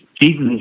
Jesus